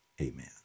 Amen